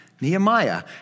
Nehemiah